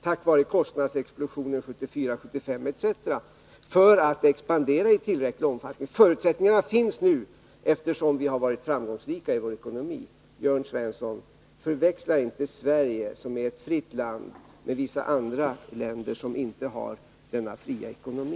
har företagen hittills inte haft en konkurrenskraft som gjort det möjligt för dem att expandera i tillräcklig omfattning. Nu finns förutsättningarna, eftersom vi har varit framgångsrika i vår ekonomi. Jörn Svensson! Förväxla inte Sverige, som är ett fritt land, med vissa andra länder som inte har denna fria ekonomi!